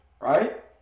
right